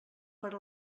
per